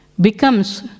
becomes